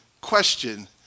question